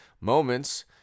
moments